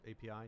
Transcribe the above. API